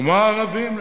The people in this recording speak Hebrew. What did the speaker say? כמו הערבים למשל,